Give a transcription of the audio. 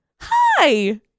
Hi